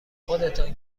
خودتان